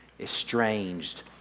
estranged